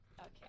Okay